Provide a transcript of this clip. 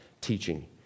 teaching